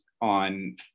on